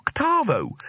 Octavo